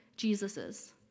Jesus's